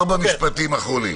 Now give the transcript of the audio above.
ארבעה משפטים אחרונים.